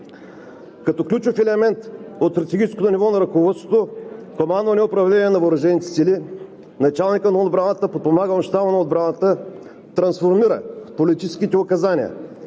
Като ключов елемент от стратегическото ниво на ръководството, командване и управление на въоръжените сили, началникът на отбраната, подпомаган от щаба на отбраната, трансформира политическите указания